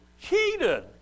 cheated